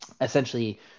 essentially